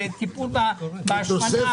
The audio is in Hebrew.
לטיפול בהשמנה,